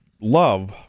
love